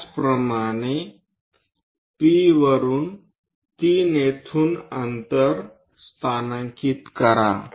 त्याचप्रमाणे P वरुन 3 येथून अंतर स्थानांकित करा